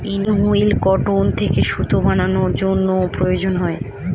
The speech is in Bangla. স্পিনিং হুইল কটন থেকে সুতা বানানোর জন্য প্রয়োজন হয়